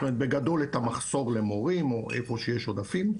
בגדול את המחסור למורים או איפה יש עודפים.